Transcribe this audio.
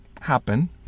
happen